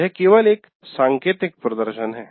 यह केवल एक सांकेतिक प्रदर्शन है